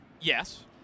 Yes